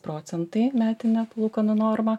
procentai metinė palūkanų norma